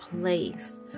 place